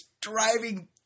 driving